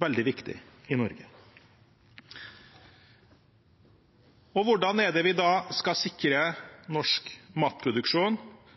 veldig viktig i Norge. Hvordan er det vi da skal sikre norsk matproduksjon,